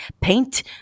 paint